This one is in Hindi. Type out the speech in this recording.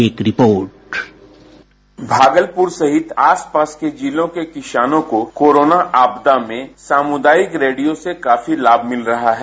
एक रिपोर्ट बाईट भागलपुर सहित आसपास के जिलों के किसानों को कोरोना आपादा में सामुदायिक रेडियो से काफी लाभ मिल रहा है